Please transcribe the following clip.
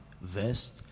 vest